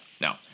No